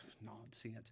Nonsense